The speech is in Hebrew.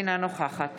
אינה נוכחת